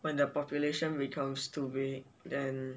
when the population becomes too big then